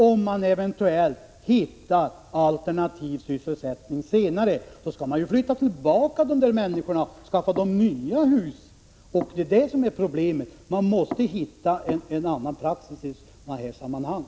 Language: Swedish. Om man eventuellt hittar alternativ sysselsättning senare skall man ju flytta tillbaka dessa människor och skaffa dem nya hus. Det är som sagt detta som är problemet. Man måste hitta en annan praxis i sådana här sammanhang.